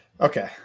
Okay